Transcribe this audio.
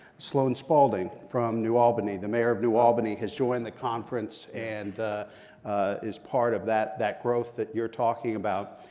sloan spalding, from new albany, the mayor of new albany, has joined the conference and is part of that that growth that you're talking about.